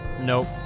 nope